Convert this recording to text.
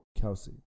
Kelsey